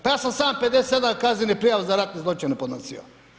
Pa ja sam sam 57 kaznenih prijava za ratne zločine podnosio.